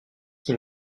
qui